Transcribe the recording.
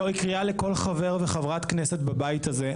זוהי קריאה לכל חבר וחברת כנסת בבית הזה,